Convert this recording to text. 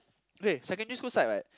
okay secondary school side right